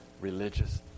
religious